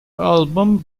album